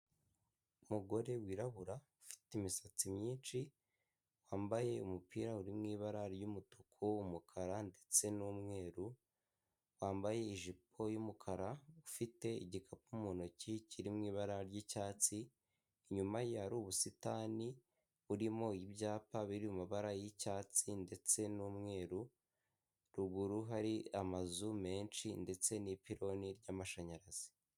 Umugore wirabura ufite imisatsi myinshi wambaye umupira uri mu ibara ry'umutuku, umukara ndetse n'umweru, wambaye ijipo y'umukara ufite igikapu mu ntoki kiri mu ibara ry'icyatsi, inyuma ye hari ubusitani burimo ibyapa biri mu mabara y'icyatsi ndetse n'umweru, ruguru hari amazu menshi ndetse n'ipironi ry'amashanyarazi.